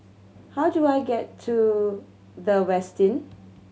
how do I get to The Westin